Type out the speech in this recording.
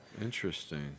Interesting